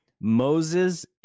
Moses